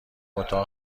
اتاق